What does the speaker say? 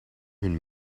hun